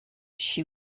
she